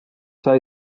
sai